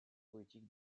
politiques